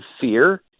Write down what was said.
fear